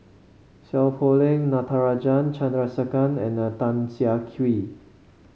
Seow Poh Leng Natarajan Chandrasekaran and Tan Siah Kwee